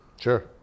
Sure